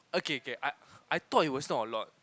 okay okay I I thought it was not a lot